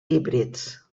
híbrids